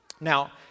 Now